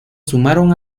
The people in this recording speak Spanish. sumaron